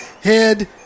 head